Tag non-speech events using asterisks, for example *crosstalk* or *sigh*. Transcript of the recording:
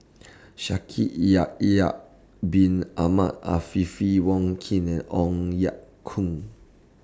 Shaikh *unintelligible* Bin Ahmed Afifi Wong Keen and Ong Ye Kung